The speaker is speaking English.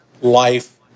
life